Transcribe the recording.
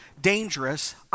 dangerous